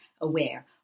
aware